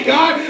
God